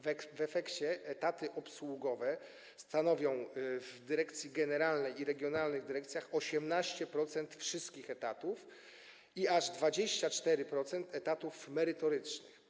W efekcie etaty obsługowe w dyrekcji generalnej i regionalnych dyrekcjach stanowią 18% wszystkich etatów i aż 24% etatów merytorycznych.